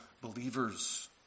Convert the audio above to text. believers